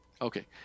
Okay